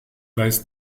weiß